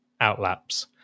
outlaps